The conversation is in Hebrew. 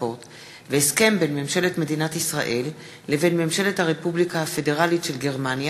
הסכם בין ממשלת מדינת ישראל לבין ממשלת הרפובליקה של אזרבייג'ן